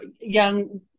young